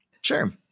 Sure